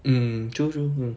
mm true true